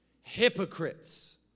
hypocrites